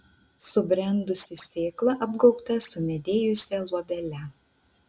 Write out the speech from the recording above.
subrendusi sėkla apgaubta sumedėjusia luobele